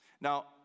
Now